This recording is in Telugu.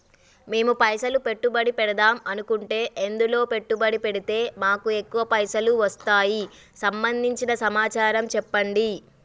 మేము పైసలు పెట్టుబడి పెడదాం అనుకుంటే ఎందులో పెట్టుబడి పెడితే మాకు ఎక్కువ పైసలు వస్తాయి సంబంధించిన సమాచారం చెప్పండి?